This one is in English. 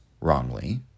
wrongly